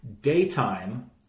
Daytime